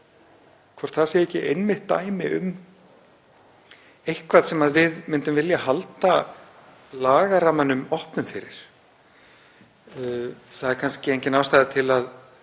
sé ekki einmitt dæmi um eitthvað sem við myndum vilja halda lagarammanum opnum fyrir. Það er kannski engin ástæða til að